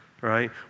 right